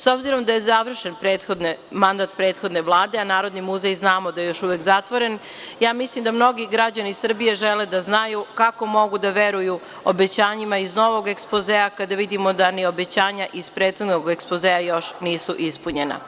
S obzirom da je završen mandat prethodne Vlade, a Narodni muzej znamo da još uvek zatvoren, ja mislim da mnogi građani Srbije žele da znaju kako mogu da veruju obećanjima iz novog ekspozea kada vidimo da ni obećanja iz prethodnog ekspozea još nisu ispunjena.